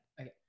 Okay